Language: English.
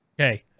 Okay